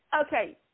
Okay